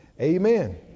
Amen